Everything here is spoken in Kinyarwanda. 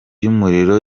y’umuriro